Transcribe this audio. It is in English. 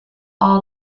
all